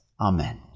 Amen